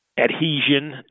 adhesion